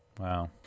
Wow